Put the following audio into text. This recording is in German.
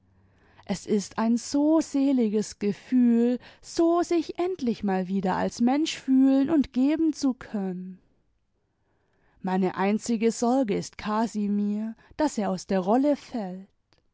es ist ein so seliges gefühl so sich endlich mal wieder als mensch fühlen und geben zu können meine einzige sorge ist casimir daß er aus der rolle fällt